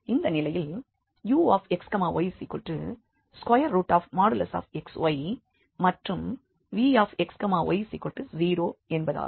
இந்த நிலையில் uxy|xy| மற்றும் vxy0 என்பதாகும்